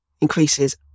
increases